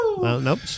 Nope